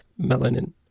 melanin